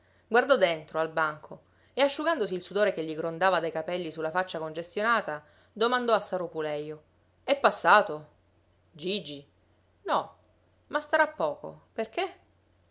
guardò dentro al banco e asciugandosi il sudore che gli grondava dai capelli su la faccia congestionata domandò a saro pulejo è passato gigi no ma starà poco perché